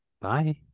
bye